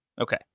okay